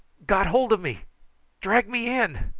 got hold of me drag me in.